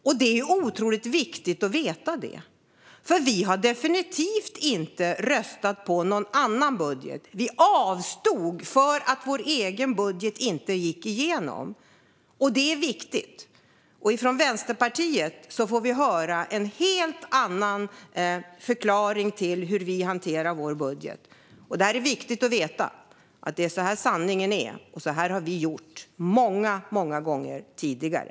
Detta är otroligt viktigt att veta, för vi har definitivt inte röstat på någon annan budget. Vi avstod för att vår egen budget inte gick igenom. Det är viktigt. Från Vänsterpartiet får vi höra en helt annan förklaring till hur vi hanterar vår budget. Det är viktigt att veta att detta är sanningen och att vi har gjort så här många gånger tidigare.